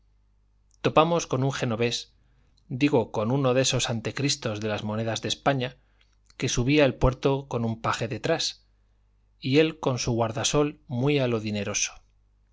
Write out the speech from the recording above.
topamos con un genovés digo con uno de estos antecristos de las monedas de españa que subía el puerto con un paje detrás y él con su guardasol muy a lo